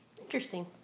Interesting